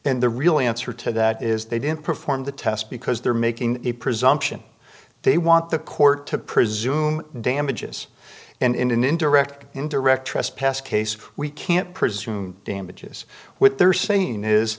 and the real answer to that is they didn't perform the test because they're making a presumption they want the court to presume damages and in an indirect indirect trespass case we can't presume damages what they're saying is